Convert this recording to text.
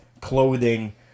clothing